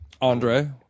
Andre